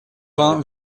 vingt